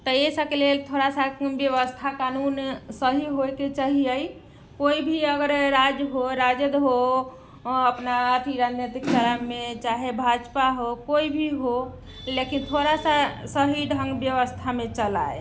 तऽ एहि सभके लेल थोड़ा सा व्यवस्था कानून सही होयके चाहियै कोइ भी अगर राज हो राजद हो अपना अथी राजनैतिक धारामे चाहे भाजपा हो कोइ भी हो लेकिन थोड़ा सा सही ढङ्ग व्यवस्थामे चलाय